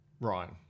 Ryan